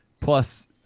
plus